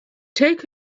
take